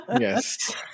Yes